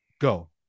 go